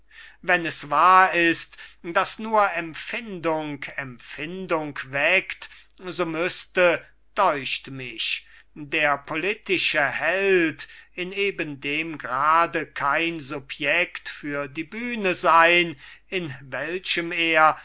wenn es wahr ist daß nur empfindung empfindung weckt so müßte deucht mich der politische held in eben dem grade kein subjekt für die bühne sein in welchem er